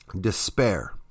despair